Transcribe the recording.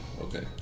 okay